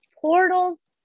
portals